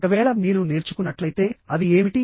ఒకవేళ మీరు నేర్చుకున్నట్లయితే అవి ఏమిటి